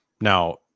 Now